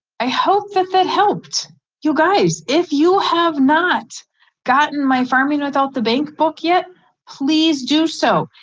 i hope that that helped you guys. if you have not gotten my ffarming without the bank book yet please do so.